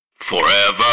FOREVER